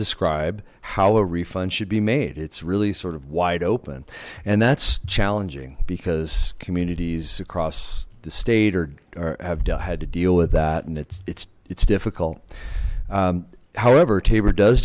describe how a refund should be made it's really sort of wide open and that's challenging because communities across the state or have had to deal with that and it's it's it's difficult however tabor does